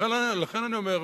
לכן אני אומר,